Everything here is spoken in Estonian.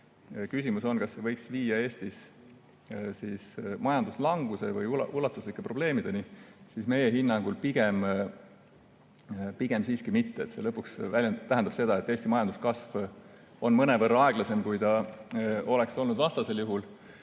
küsimus on, kas see võiks viia Eestis majanduslanguse või ulatuslike probleemideni, siis meie hinnangul pigem siiski mitte. See lõpuks tähendab seda, et Eesti majanduskasv on mõnevõrra aeglasem, kui ta oleks muidu olnud.